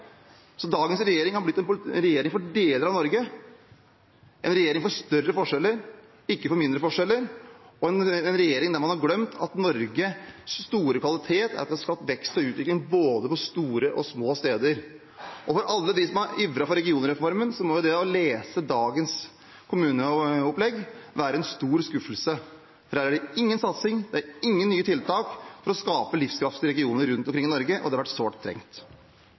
Dagens regjering har blitt en regjering for deler av Norge – en regjering for større forskjeller, ikke for mindre forskjeller, og en regjering der man har glemt at Norges store kvalitet er at man har skapt vekst og utvikling på både store og små steder. Og for alle dem som har ivret for regionreformen, må det å lese dagens kommuneopplegg være en stor skuffelse. Der er det ingen satsing, ingen nye tiltak for å skape livskraftige regioner rundt omkring i Norge, og det hadde vi sårt trengt.